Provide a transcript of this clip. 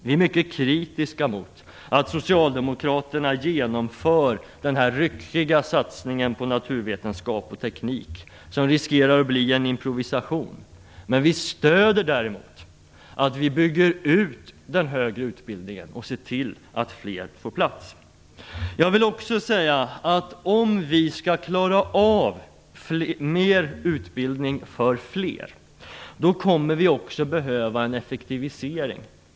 Vi är mycket kritiska mot att Socialdemokraterna genomför denna ryckiga satsning på naturvetenskap och teknik som riskerar att bli en improvisation. Men Centern stödjer däremot att vi bygger ut den högre utbildningen och ser till att fler får plats. Om vi skall klara av mer utbildning för fler kommer vi också att behöva en effektivisering.